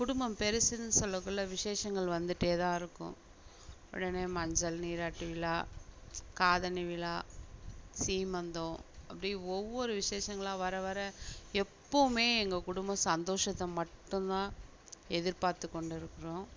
குடும்பம் பெருசுன் சொல்லக்குள்ள விசேஷங்கள் வந்துகிட்டே தான் இருக்கும் உடனே மஞ்சள் நீராட்டு விழா காதணி விழா சீமந்தம் அப்படே ஒவ்வொரு விசேஷங்களா வர வர எப்போவுமே எங்கள் குடும்பம் சந்தோஷத்தை மட்டும் தான் எதிர்பார்த்து கொண்டு இருக்கிறோம்